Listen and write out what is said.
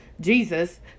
jesus